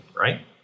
right